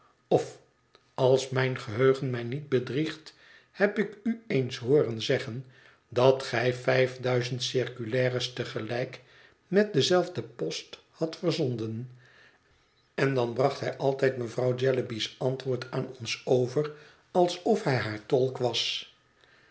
of als mijn geheugen mij niet bedriegt heb ik u eens hooren zeggen dat gij vijf duizend circulaires te gelijk met dezelfde post hadt verzonden en dan bracht hij altijd mevrouw jellyby's antwoord aan ons over alsof hij haar tolk was